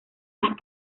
más